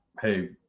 Hey